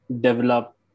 develop